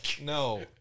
No